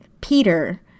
Peter